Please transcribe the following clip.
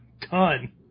ton